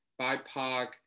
BIPOC